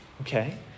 okay